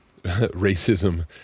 racism